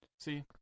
See